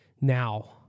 Now